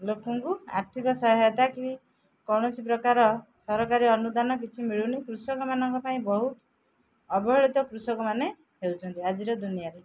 ଲୋକଙ୍କୁ ଆର୍ଥିକ ସହାୟତା କି କୌଣସି ପ୍ରକାର ସରକାରୀ ଅନୁଦାନ କିଛି ମିଳୁନି କୃଷକମାନଙ୍କ ପାଇଁ ବହୁତ ଅବହେଳିତ କୃଷକମାନେ ହେଉଛନ୍ତି ଆଜିର ଦୁନିଆରେ